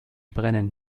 brennen